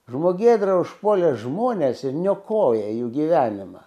žmogėdra užpuolė žmones ir niokoja jų gyvenimą